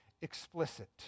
explicit